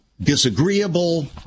disagreeable